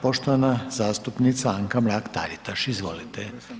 Poštovana zastupnica Anka Mrak-Taritaš, izvolite.